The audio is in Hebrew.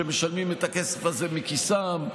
שמשלמים את הכסף הזה מכיסם,